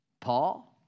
Paul